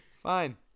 fine